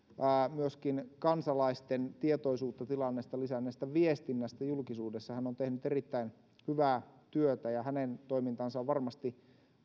kansalaisten tietoisuutta tilanteesta lisänneestä viestinnästä julkisuudessa hän on tehnyt erittäin hyvää työtä ja hänen toimintansa on varmasti